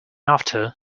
after